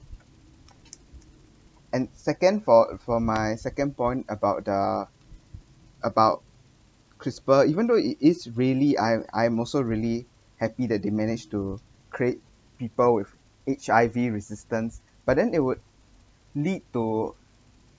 and second for for my second point about the about crisper even though it is really I I'm also really happy that they managed to create people with H_I_V resistance but then it would lead to